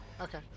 Okay